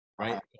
right